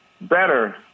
better